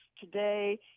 today